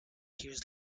years